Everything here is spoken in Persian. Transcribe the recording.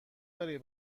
داری